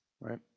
Right